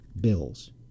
bills